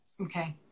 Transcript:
Okay